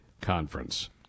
Conference